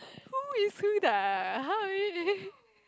who is how are we